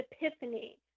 Epiphany